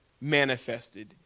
manifested